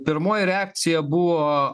pirmoji reakcija buvo